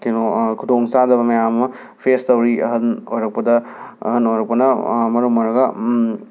ꯀꯦꯅꯣ ꯈꯨꯗꯣꯡꯆꯥꯗꯕ ꯃꯌꯥꯝ ꯑꯃ ꯐꯦꯁ ꯇꯧꯔꯤ ꯑꯍꯜ ꯑꯣꯏꯔꯛꯄꯗ ꯑꯍꯜ ꯑꯣꯏꯔꯛꯄꯅ ꯃꯔꯝ ꯑꯣꯏꯔꯒ